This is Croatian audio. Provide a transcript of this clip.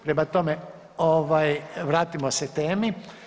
Prema tome, vratimo se temi.